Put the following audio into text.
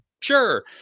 sure